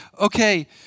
okay